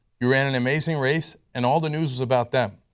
you ran an amazing race, and all the news was about them?